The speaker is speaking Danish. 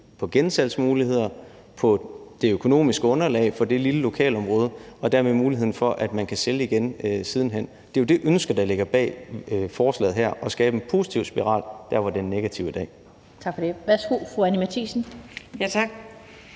på gensalgsmulighederne, på det økonomiske underlag for det lille lokalområde og dermed muligheden for, at man kan sælge igen siden hen. Det er jo det ønske, der ligger bag forslaget her, altså at skabe en positiv spiral der, hvor den er negativ i dag. Kl. 17:29 Den fg. formand (Annette Lind): Tak